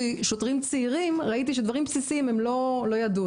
שוטרים צעירים ראיתי שדברים בסיסיים הם לא ידעו.